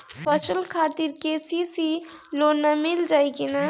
फसल खातिर के.सी.सी लोना मील जाई किना?